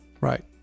right